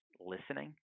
listening